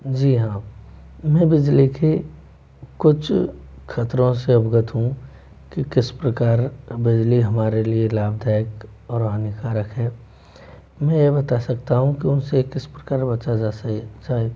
जी हाँ मै बिजली की कुछ ख़तरों से अवगत हूँ कि किस प्रकार बिजली हमारे लिए लाभदायक और हानिकारक है मैं ये बता सकता हूँ कि उनसे किस प्रकार बचा जैसे जाये